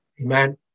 Amen